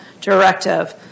directive